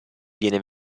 viene